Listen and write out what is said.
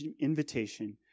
invitation